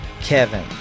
Kevin